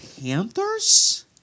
Panthers